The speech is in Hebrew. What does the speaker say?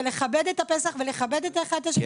לכבד את הפסח ולכבד אחד את השני.